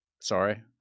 Sorry